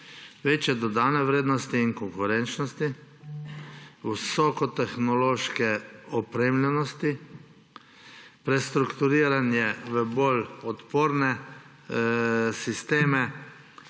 večje dodane vrednosti in konkurenčnosti, visokotehnološke opremljenosti, prestrukturiranje v bolj odporne sisteme